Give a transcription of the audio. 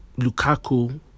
Lukaku